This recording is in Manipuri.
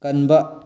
ꯀꯟꯕ